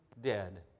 dead